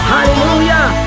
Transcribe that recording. Hallelujah